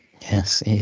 Yes